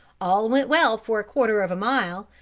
all went well for a quarter of a mile,